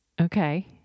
Okay